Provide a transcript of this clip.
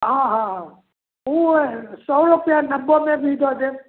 हँ हँ ओ हइ सओ रुपैआ नब्बैओमे भी दऽ देब